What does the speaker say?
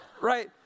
Right